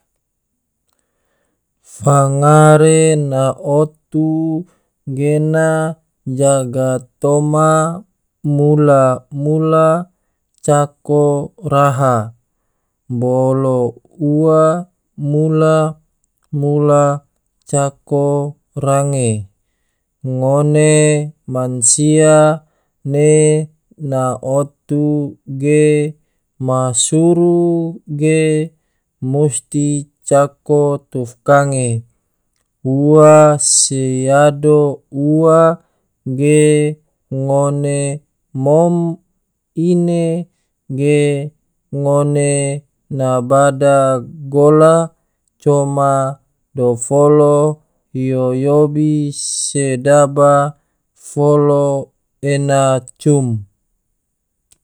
Fangare na otu gena jaga toma mula-mula cako raha, bolo ua mula-mula cako range, ngone mansia ne na otu ge ma suru ge musti cako tufkange, ua se yado ua ge ngone mom ine ge ngone na bada gola, coma dofolo yo yobi, sedaba folo ena cum.